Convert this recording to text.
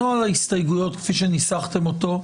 נוהל ההסתייגויות, כפי שניסחתם אותו,